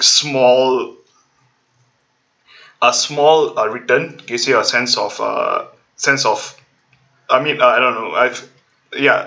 small a small uh return gives you a sense of uh sense of I mean I don't know I've ya